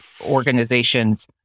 organizations